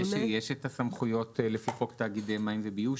יש כמובן את הסמכויות לפי חוק תאגידי מים וביוב,